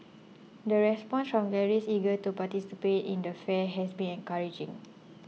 the response from galleries eager to participate in the fair has been encouraging